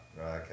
okay